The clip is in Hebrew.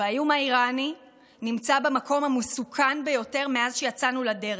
האיום האיראני נמצא במקום המסוכן ביותר מאז שיצאנו לדרך.